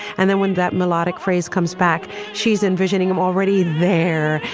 and then when that melodic phrase comes back, she's envisioning him already there.